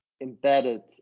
embedded